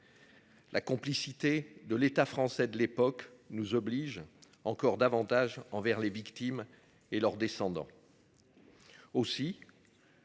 La complicité de l'État français de l'époque nous oblige encore davantage envers les victimes et leurs descendants.